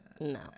No